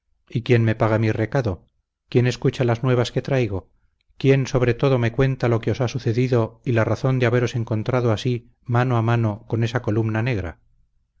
y quién me paga mi recado quién escucha las nuevas que traigo quién sobre todo me cuenta lo que os ha sucedido y la razón de haberos encontrado así mano a mano con esa columna negra